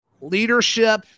leadership